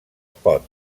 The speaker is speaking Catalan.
pont